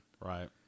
Right